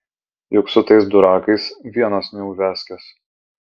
juk su tais durakais vienos neuviazkės